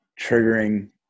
triggering